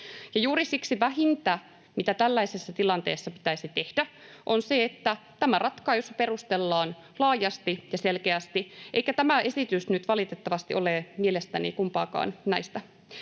juuri siksi vähintä, mitä tällaisessa tilanteessa pitäisi tehdä, on se, että tämä ratkaisu perustellaan laajasti ja selkeästi, eikä tämä esitys nyt valitettavasti tee mielestäni kumpaakaan näistä.